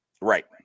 Right